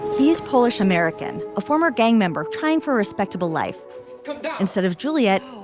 these polish american a former gang member trying for a respectable life instead of juliet.